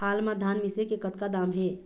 हाल मा धान मिसे के कतका दाम हे?